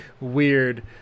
weird